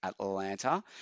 Atlanta